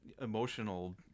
emotional